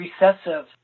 recessive